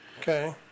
Okay